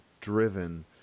driven